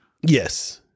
yes